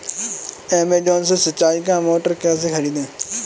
Amazon से सिंचाई का मोटर कैसे खरीदें?